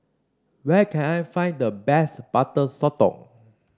where can I find the best Butter Sotong